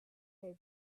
their